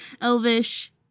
Elvish